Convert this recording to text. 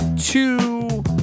two